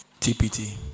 tpt